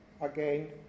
again